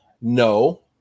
no